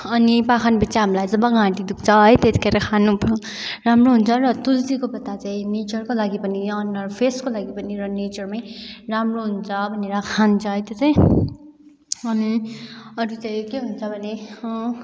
अनि पाखनबेद चाहिँ हामीलाई चाहिँ जब घाँटी दुख्छ है त्यतिखेर खानु राम्रो हुन्छ र तुलसीको पत्ता चाहिँ नेचरको लागि पनि अनुहार फेसको लागि पनि एउटा नेचरमै राम्रो हुन्छ भनेर खान्छ है त्यो चाहिँ अनि अरू चाहिँ के हुन्छ भने